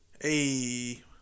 Hey